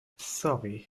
sorry